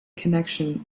connection